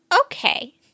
okay